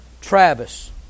Travis